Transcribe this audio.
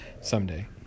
Someday